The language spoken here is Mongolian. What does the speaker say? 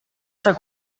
цаг